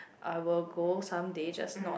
I will go some days just not